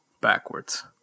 Backwards